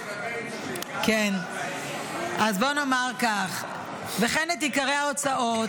אז בוא נאמר כך: --- "וכן את עיקרי ההוצאות